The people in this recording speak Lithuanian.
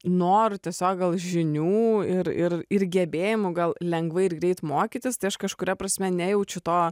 noru tiesiog gal žinių ir ir ir gebėjimų gal lengvai ir greit mokytis tai aš kažkuria prasme nejaučiu to